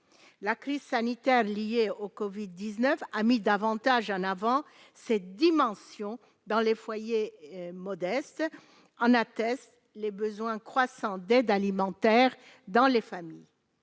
la crise sanitaire liée au Covid 19 a davantage en avant cette dimension dans les foyers modestes en attestent les besoins croissants d'aide alimentaire dans les familles,